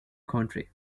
country